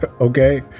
Okay